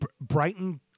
Brighton